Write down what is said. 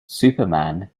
superman